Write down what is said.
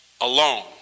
alone